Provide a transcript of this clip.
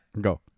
go